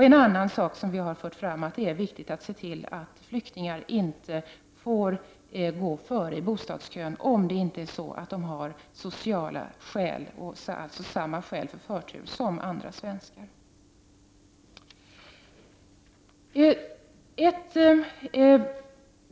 En annan sak som vi har fört fram är att det är viktigt att se till att flyktingar inte får gå före i bostadskön om de inte har sociala skäl, dvs. samma skäl till förtur som andra svenskar.